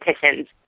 petitions